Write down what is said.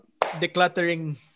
Decluttering